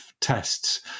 tests